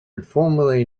informally